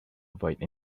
avoid